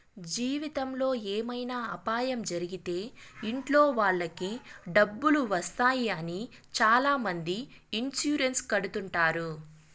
జీవితంలో ఏమైనా అపాయం జరిగితే ఇంట్లో వాళ్ళకి డబ్బులు వస్తాయి అని చాలామంది ఇన్సూరెన్స్ కడుతుంటారు